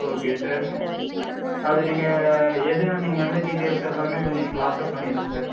okay sir அது நீங்கள் எதுன்னு நீங்கள் எந்த டீட்டெயில்ஸ் எல்லாமே கொஞ்சம் எனக்கு வாட்ஸ்அப் பண்ணிடுங்க சார்